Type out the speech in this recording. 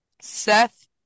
Seth